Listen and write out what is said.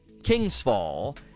Kingsfall